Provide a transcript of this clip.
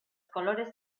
colores